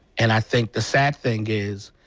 and i think the sad thing is,